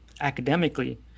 academically